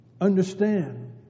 understand